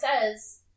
says